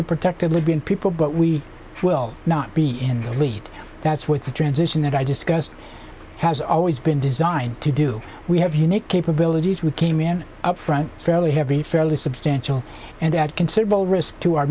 to protect the libyan people but we will not be in the lead that's what the transition that i discussed has always been designed to do we have unique capabilities we came in up front fairly heavy fairly substantial and at considerable risk to our